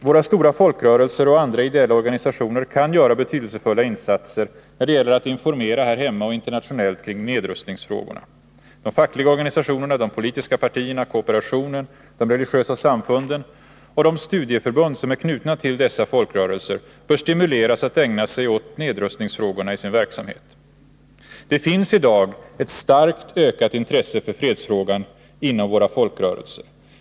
Våra stora folkrörelser och andra ideella organisationer kan göra betydelsefulla insatser när det gäller att informera här hemma och internationellt kring nedrustningsfrågorna. De fackliga organisationerna, de politiska partierna, kooperationen, de religiösa samfunden och de studieförbund som är knutna till dessa folkrörelser bör stimuleras att ägna sig åt nedrustningsfrågorna i sin verksamhet. Det finns i dag ett starkt ökat intresse för fredsfrågan inom våra folkrörelser.